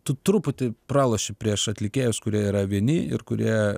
tu truputį praloši prieš atlikėjus kurie yra vieni ir kurie